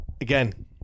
again